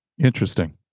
Interesting